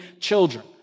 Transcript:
children